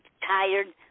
tired